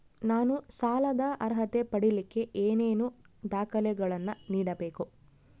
ನಾನು ಸಾಲದ ಅರ್ಹತೆ ಪಡಿಲಿಕ್ಕೆ ಏನೇನು ದಾಖಲೆಗಳನ್ನ ನೇಡಬೇಕು?